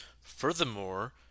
Furthermore